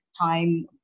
time